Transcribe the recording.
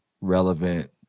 relevant